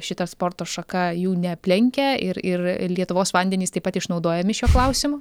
šita sporto šaka jų neaplenkia ir ir lietuvos vandenys taip pat išnaudojami šiuo klausimu